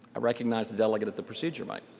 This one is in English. recognize the delegate at the procedure mic.